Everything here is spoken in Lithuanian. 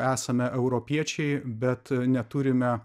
esame europiečiai bet neturime